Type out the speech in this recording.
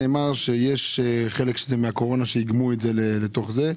נאמר שיש חלק מהקורונה שאיגמו אותו לתוך זה.